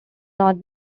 not